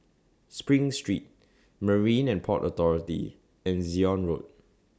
SPRING Street Marine and Port Authority and Zion Road